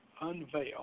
unveil